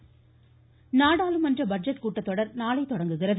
budget நாடாளுமன்ற budget கூட்டத்தொடர் நாளை தொடங்குகிறது